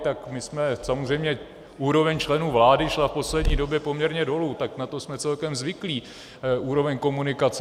A samozřejmě úroveň členů vlády šla v poslední době poměrně dolů, tak na to jsme celkem zvyklí, úroveň komunikace.